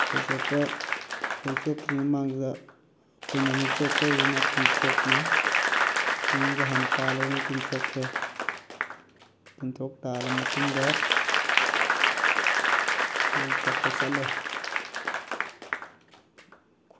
ꯈꯣꯏ ꯆꯣꯞꯄ ꯈꯣꯏ ꯆꯣꯞꯇ꯭ꯔꯤꯉꯩ ꯃꯃꯥꯡꯗ ꯑꯩꯈꯣꯏꯅ ꯑꯃꯨꯛ ꯆꯣꯞꯆꯔꯤꯁꯤꯅ ꯇꯤꯟꯊ꯭ꯔꯣꯛꯅꯤ ꯇꯤꯟꯁꯦ ꯍꯥꯟꯅ ꯇꯥꯜꯂꯨꯔꯒ ꯇꯤꯟꯊ꯭ꯔꯣꯛꯁꯦ ꯇꯤꯟꯊ꯭ꯔꯣꯛ ꯇꯥꯜꯂꯕ ꯃꯇꯨꯡꯗ ꯈꯣꯏ ꯆꯣꯞꯄ ꯆꯠꯂꯦ